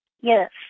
Yes